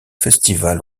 festival